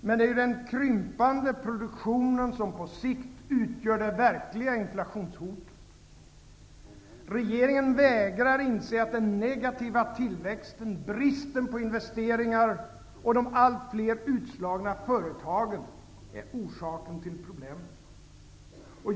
Men det är ju den krympande produktionen som på sikt utgör det verkliga inflationshotet. Regeringen vägrar att inse att den negativa tillväxten, bristen på investeringar och de allt fler utslagna företagen är orsaken till problemen.